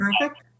perfect